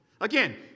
again